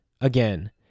again